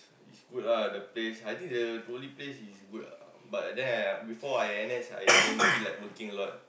it's good lah the place I think the only place is good lah but then before I N_S I don't feel like working a lot